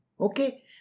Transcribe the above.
Okay